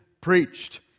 preached